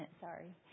sorry